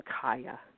Kaya